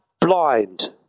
blind